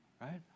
right